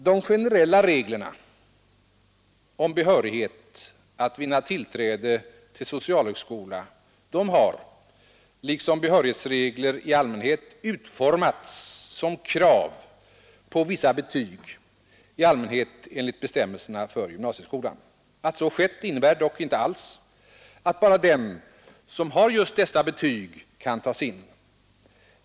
De generella reglerna om behörighet att vinna tillträde till socialhögskola har, liksom behörighetsregler i allmänhet, utformats som krav på vissa betyg, i allmänhet enligt bestämmelserna för gymnasieskolan. Att så skett innebär dock inte alls att bara den som har just dessa betyg kan tas in.